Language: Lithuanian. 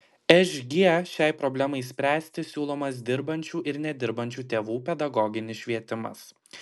šg šiai problemai spręsti siūlomas dirbančių ir nedirbančių tėvų pedagoginis švietimas